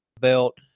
belt